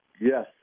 Yes